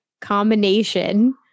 combination